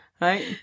Right